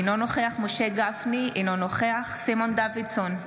אינו נוכח משה גפני, אינו נוכח סימון דוידסון,